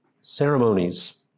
ceremonies